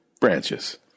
branches